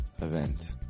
event